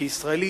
כישראלי.